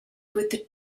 with